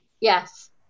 Yes